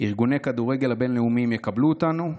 ארגוני הכדורגל הבין-לאומיים יקבלו אותנו?